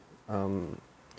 um